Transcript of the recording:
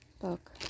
book